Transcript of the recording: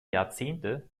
jahrzehnte